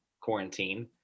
quarantine